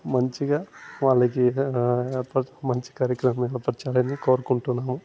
మంచిగా వాళ్ళకి ఏర్పాట్లు మంచి కార్యక్రమం ఏర్పరచాలని కోరుకుంటున్నాము